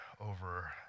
over